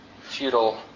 feudal